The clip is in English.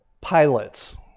pilots